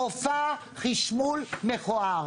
מופע חישמול מכוער.